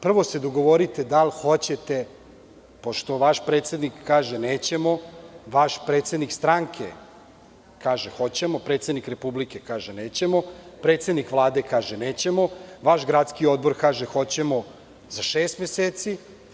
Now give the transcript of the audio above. Prvo se dogovorite da li hoćete, pošto vaš predsednik kaže – nećemo; vaš predsednik stranke kaže – hoćemo; predsednik Republike kaže – nećemo; predsednik Vlade kaže – nećemo; vaš gradski odbor kaže – hoćemo za šest meseci.